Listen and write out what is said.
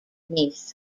westmeath